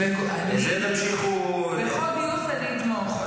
את זה תמשיכו --- בחוק גיוס אני אתמוך.